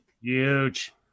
huge